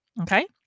okay